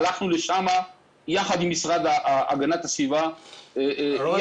הלכנו לשם יחד עם המשרד להגנת הסביבה -- רוני,